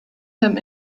them